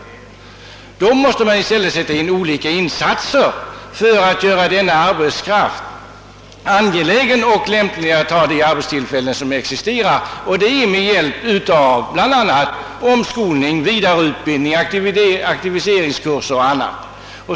För att denna arbetskraft skall bli aktuell, måste vi därför vidta olika åtgärder såsom omskolning, vidareutbildning, sätta i gång aktiviseringskurser m.m.